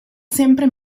sempre